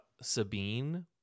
Sabine